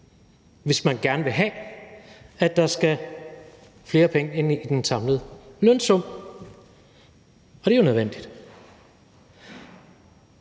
hvis man gerne vil have, at der skal flere penge ind i den samlede lønsum. Det er jo nødvendigt.